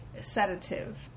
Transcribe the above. sedative